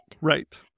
Right